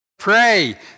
pray